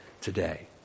Today